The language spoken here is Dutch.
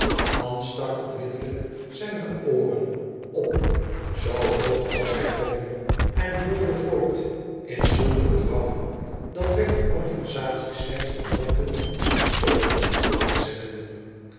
hans stak onmiddellijk zijne ooren op zoo hoog als hij kon en holde voort m zulk een draf dat wegg de conversatie slechts met horten en stooten kon voortzetten